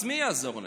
אז מי יעזור להם?